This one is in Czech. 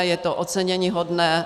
Je to oceněníhodné.